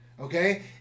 okay